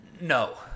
No